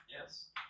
Yes